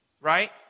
Right